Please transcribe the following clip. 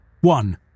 one